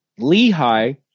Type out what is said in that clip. Lehi